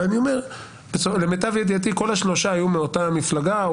אני אומר שלמיטב ידיעתי כל השלושה היו מאותה מפלגה,